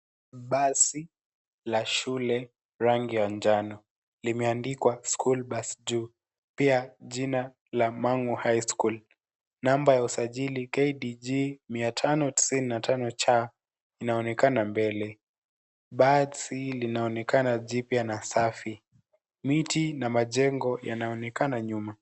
Basi la shule rangi ya njano limeandikwa school bus juu. Pia jina la Mangu high school namba ya usajili KDG 595 C inaonekana mbele. Basi linaonekana jipya na safi. Miti na majengo yanaonekana nyuma.